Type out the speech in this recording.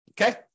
Okay